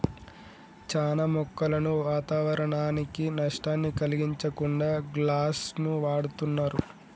చానా మొక్కలను వాతావరనానికి నష్టాన్ని కలిగించకుండా గ్లాస్ను వాడుతున్నరు